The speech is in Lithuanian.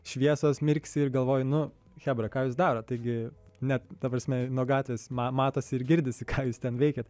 šviesos mirksi ir galvoji nu chebra ką jūs darot taigi net ta prasme nuo gatvės ma matosi ir girdisi ką jūs ten veikiat